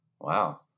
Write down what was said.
Wow